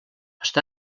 està